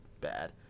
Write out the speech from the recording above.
bad